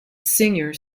singer